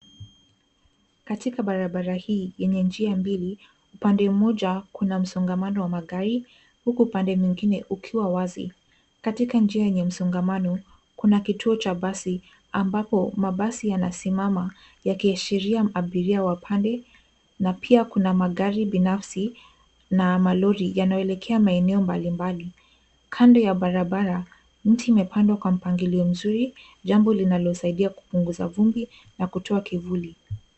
Katikan barabara hii yenye njia mbili pande moja kuna msongamano wa magari huku upande mwingine ukiwa wazi. Katika njia yenye msongamano kuna kituo cha basi ambapo mabasi yanasimama yakiashiria abiria wapande na pia kuna magari binafsi na malori yanayoelekea maeneo mbalimbali. Kando ya barabara miti imepandwa kwa mpangilio mzuri jambo linalosaidia kupunguza vumbi na kutoa kivuli.